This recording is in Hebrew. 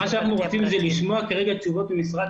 מה שאנחנו רוצים זה לשמוע כרגע תשובות ממשרד